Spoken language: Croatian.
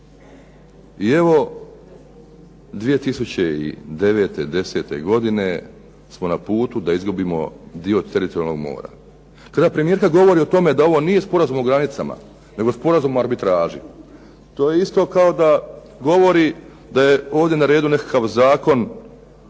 i evo 2009., 2010. godine smo na putu da izgubimo dio teritorijalnog mora. Treba primijetiti kada govorimo o tome da ovo nije sporazum o granicama, nego sporazum o arbitraži. To je isto kao da govori, da je ovdje na redu nekakav zakon